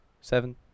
seven